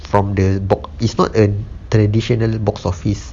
from the box it's not a traditional box office